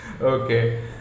okay